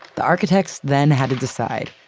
the architects then had to decide.